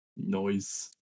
Noise